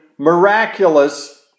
miraculous